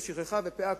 שכחה ופאה,